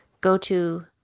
go-to